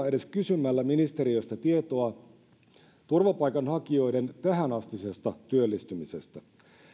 edes kysymällä ministeriöstä tietoa turvapaikanhakijoiden tähänastisesta työllistymisestä